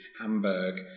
Hamburg